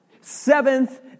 Seventh